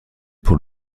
pour